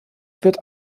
wird